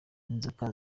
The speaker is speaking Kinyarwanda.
inzoka